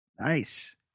Nice